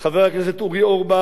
חבר הכנסת דני דנון,